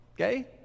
Okay